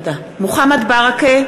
(קוראת בשמות חברי הכנסת) מוחמד ברכה,